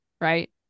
right